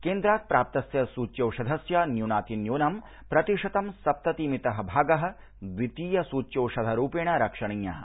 केन्द्रात् प्राप्तस्य सूच्यौषधस्य न्यूनातिन्यूनं प्रतिशतं सप्तति मितः भागः द्वितीय सूच्यौषधरूपेण रक्षणीयः